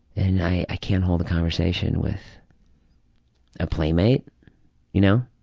and i i can't hold a conversation with a playmate you know?